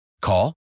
Call